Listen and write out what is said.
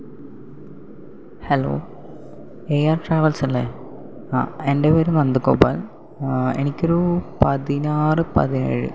hello A R travels അല്ലെ ആ എൻ്റെ പേര് നന്ദഗോപാൽ എനിക്കൊരു പതിനാറ് പതിനേഴ്